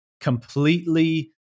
completely